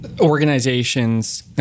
organizations